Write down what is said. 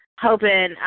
Hoping